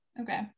Okay